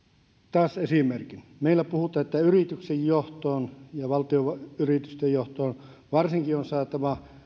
taas esimerkin meillä puhutaan että yrityksen johtoon ja valtion yritysten johtoon varsinkin on saatava